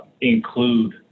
include